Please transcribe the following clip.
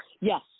Yes